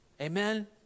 Amen